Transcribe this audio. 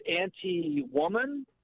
anti-woman